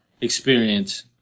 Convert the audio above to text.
experience